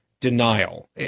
denial